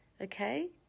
okay